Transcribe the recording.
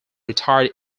retired